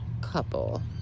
couple